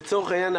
לצורך העניין,